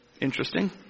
Interesting